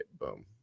Boom